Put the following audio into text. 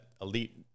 Elite